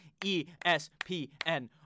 ESPN